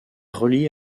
reliée